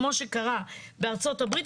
כמו שקרה בארצות הברית,